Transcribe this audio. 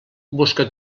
busca